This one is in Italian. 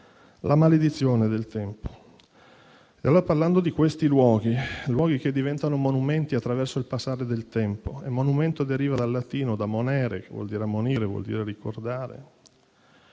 la maledizione del tempo. Parlando di questi luoghi, essi diventano monumenti attraverso il passare del tempo. Monumento deriva dal latino, dal verbo *monere*, che vuol dire ammonire, che vuol dire ricordare.